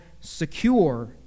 secure